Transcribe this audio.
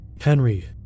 Henry